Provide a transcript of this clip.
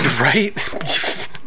Right